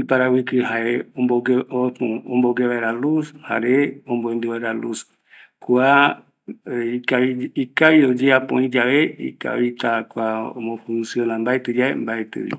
iparavɨkɨ jaeko, ombogue vaera luz, jare yamboendɨ vaera, kua ikavi oyeapo öï yave, ikavita oparavɨkɨ, mbaetɨ yave mbaetɨvi ikavi